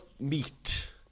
meat